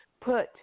put